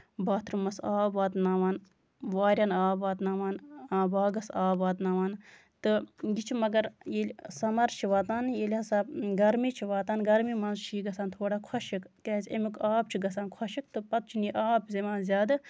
باتھروٗمَس آب واتناوان وارٮ۪ن آب واتناوان باغَس آب واتناوان تہٕ یہِ چھُ مَگر ییٚلہِ سَمَر چھُ واتان ییٚلہِ ہسا گرمی چھِ واتان گرمی منٛز چھُ یہِ گژھان تھوڑا خۄشُک تِکیازِ اَمیُک آب چھُ گژھان خۄشُک تہٕ پَتہٕ چھُنہٕ یہِ آب دِوان زیادٕ